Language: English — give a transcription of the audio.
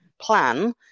plan